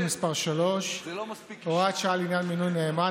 מס' 3) (הוראת שעה לעניין מינוי נאמן),